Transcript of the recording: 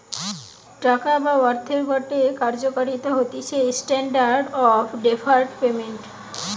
টাকা বা অর্থের গটে কার্যকারিতা হতিছে স্ট্যান্ডার্ড অফ ডেফার্ড পেমেন্ট